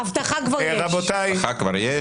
אבטחה כבר יש.